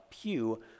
pew